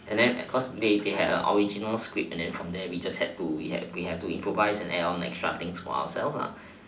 and then cause they they had a original script and then from there we have we have to add improvise extra things for ourselves lah